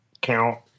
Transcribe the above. count